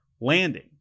landing